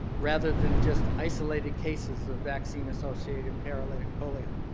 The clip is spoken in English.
rather than just isolated cases of vaccine associated paralytic polio.